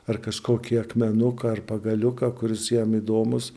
ar kažkokį akmenuką ar pagaliuką kuris jam įdomus